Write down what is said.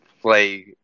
play